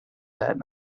that